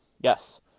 Yes